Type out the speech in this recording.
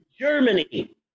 Germany